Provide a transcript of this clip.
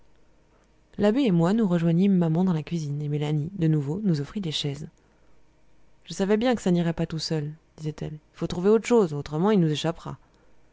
l'abbé et moi nous rejoignîmes maman dans la cuisine et mélanie de nouveau nous offrit des chaises je savais bien que ça n'irait pas tout seul disait-elle il faut trouver autre chose autrement il nous échappera